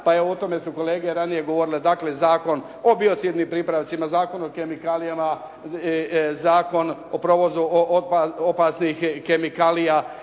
pa o tome su kolege ranije govorile. Dakle, Zakon o biocidnim pripravcima, Zakon o kemikalijama, Zakon o provozu opasnih kemikalija